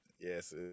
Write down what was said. yes